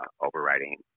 overriding